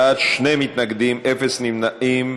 28 בעד, שני מתנגדים, אין נמנעים.